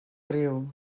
riu